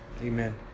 Amen